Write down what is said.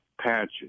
patches